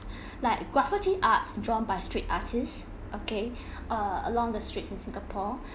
like graffiti art drawn by street artist okay err along the streets of singapore